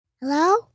Hello